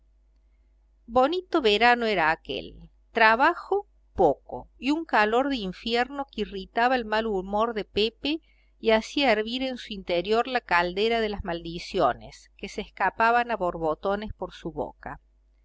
bonito verano era aquel trabajo poco y un calor de infierno que irritaba el mal humor de pepe y hacía hervir en su interior la caldera de las maldiciones que se escapaban a borbotones por su boca